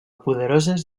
poderoses